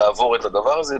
תעבור את הדבר הזה.